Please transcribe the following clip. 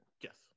Yes